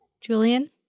Julian